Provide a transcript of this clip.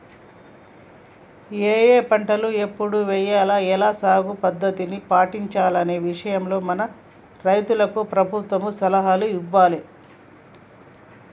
ఏఏ పంటలు ఎప్పుడు ఎయ్యాల, ఎలా సాగు పద్ధతుల్ని పాటించాలనే విషయాల్లో మన రైతులకు ప్రభుత్వం సలహాలు ఇయ్యాలే